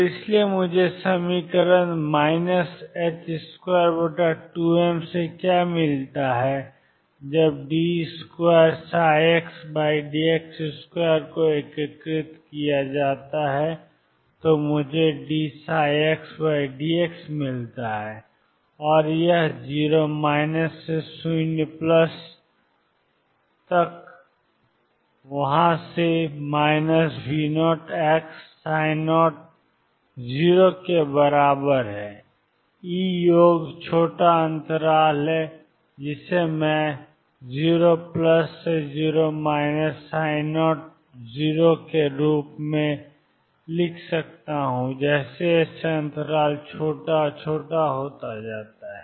तो इसलिए मुझे समीकरण माइनस 22m से क्या मिलता है जब d2xdx2 को एकीकृत किया जाता है तो मुझे dψxdx मिलता है और यह 0 से 0 से V0xψ के बराबर है E योग छोटा अंतराल है जिसे मैं 0 0 ψ के रूप में लिख सकता हूं जैसे जैसे अंतराल छोटा और छोटा होता जाता है